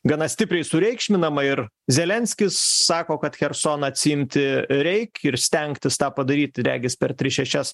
gana stipriai sureikšminama ir zelenskis sako kad chersoną atsiimti reik ir stengtis tą padaryt regis per tris šešias